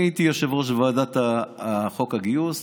אני הייתי יושב-ראש ועדת חוק הגיוס.